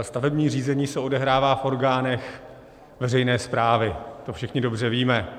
Stavební řízení se odehrává v orgánech veřejné správy, to všichni dobře víme.